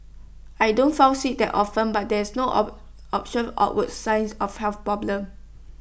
I don't fall sick that often but there are no option outward signs of health problems